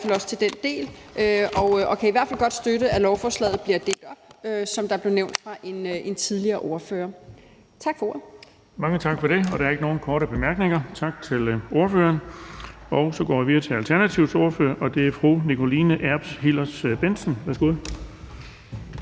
i hvert fald også til den del og kan i hvert fald godt støtte, at lovforslaget bliver delt, som det blev nævnt af en tidligere ordfører. Tak for ordet. Kl. 10:28 Den fg. formand (Erling Bonnesen): Der er ikke nogen korte bemærkninger. Tak til ordføreren. Så går vi videre til Alternativets ordfører, og det er fru Nikoline Erbs Hillers-Bendtsen. Værsgo.